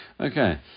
Okay